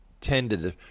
tended